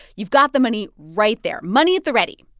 you've got the money right there money at the ready.